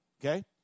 Okay